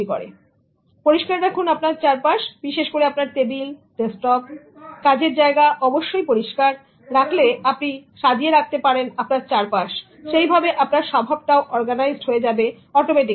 সুতরাং পরিষ্কার রাখুন আপনার চারপাশ বিশেষ করে আপনার টেবিল ডেস্কটপ ওকে কাজের জায়গা অবশ্যই পরিষ্কার সুতরাং যদি আপনি সাজিয়ে রাখতে পারেন আপনার চারপাশ সেই ভাবে আপনার স্বভাবটাও অরগানাইজড হয়ে যাবে অটোমেটিক্যালি